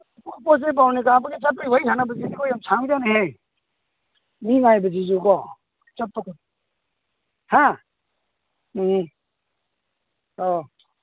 ꯄꯣꯠ ꯆꯩ ꯕꯥꯔꯨꯅꯤ ꯀꯥꯔꯛꯄꯒꯤ ꯆꯠꯄꯒꯤ ꯋꯥꯔꯤ ꯁꯥꯟꯅꯕꯁꯤꯀꯣ ꯌꯥꯝ ꯁꯥꯡꯖꯥꯠꯅꯤꯍꯦ ꯃꯤ ꯉꯥꯏꯕꯁꯤꯁꯨꯀꯣ ꯆꯠꯄꯒꯤ ꯍꯥ ꯎꯝ ꯑꯧ